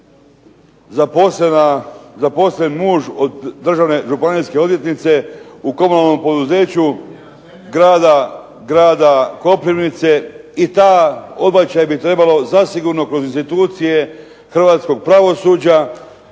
zaposlen muž od državne županijske odvjetnice u komunalnom poduzeću grada Koprivnice, i ta odbačaj bi trebalo zasigurno kroz institucije hrvatskog pravosuđa,